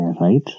right